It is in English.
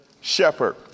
shepherd